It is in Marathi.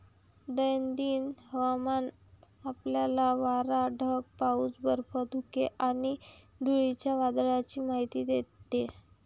दैनंदिन हवामान आपल्याला वारा, ढग, पाऊस, बर्फ, धुके आणि धुळीच्या वादळाची माहिती देते